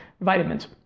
vitamins